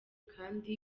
kandi